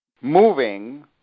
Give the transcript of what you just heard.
moving